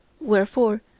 Wherefore